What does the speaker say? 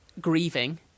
grieving